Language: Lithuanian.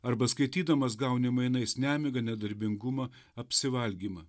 arba skaitydamas gauni mainais nemigą nedarbingumą apsivalgymą